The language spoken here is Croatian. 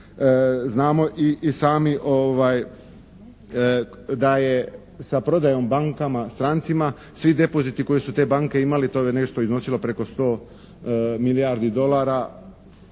Znamo i sami da je sa prodajom bankama strancima svi depoziti koje su te banke imale, to je nešto iznosilo preko 100 milijardi dolara.